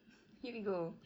here we go